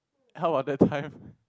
how are that time